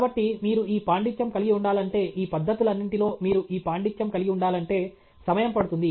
కాబట్టి మీరు ఈ పాండిత్యం కలిగి ఉండాలంటే ఈ పద్ధతులన్నింటిలో మీరు ఈ పాండిత్యం కలిగి ఉండాలంటే సమయం పడుతుంది